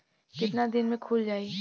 कितना दिन में खुल जाई?